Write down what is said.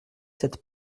cette